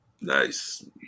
Nice